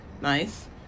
Nice